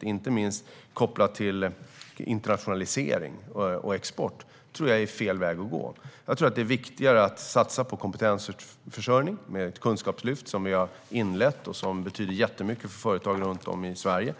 inte minst kopplat till internationalisering och export - är fel väg att gå. Jag tror att det är viktigare att satsa på kompetensförsörjning med ett kunskapslyft, som vi har inlett och som betyder jättemycket för företag runt om i Sverige.